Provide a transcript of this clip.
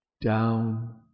down